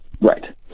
Right